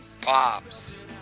Pops